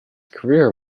career